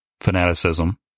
fanaticism